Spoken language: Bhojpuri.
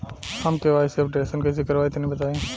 हम के.वाइ.सी अपडेशन कइसे करवाई तनि बताई?